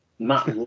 matt